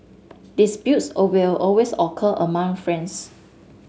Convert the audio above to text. disputes will always occur among friends